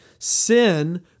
sin